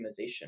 optimization